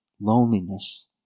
loneliness